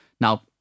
Now